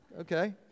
Okay